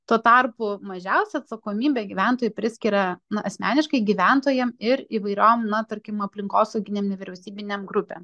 tuo tarpu mažiausią atsakomybę gyventojai priskiria na asmeniškai gyventojam ir įvairiom na tarkim aplinkosauginėm nevyriausybinėm grupėm